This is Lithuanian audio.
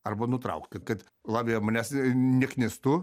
arba nutraukt taip kad lavija manęs neknistų